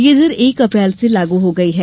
यह दर एक अप्रैल से लाग हो गई है